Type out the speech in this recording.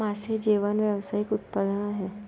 मासे जेवण हे व्यावसायिक उत्पादन आहे